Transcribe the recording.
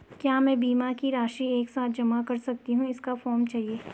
क्या मैं बीमा की राशि एक साथ जमा कर सकती हूँ इसका फॉर्म चाहिए?